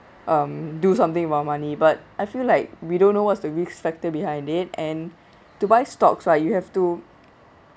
um do something about money but I feel like we don't know what's the risk factor behind it and to buy stocks right you have to